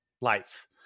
life